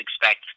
expect